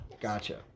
Gotcha